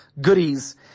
goodies